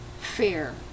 fair